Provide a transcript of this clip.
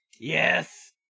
Yes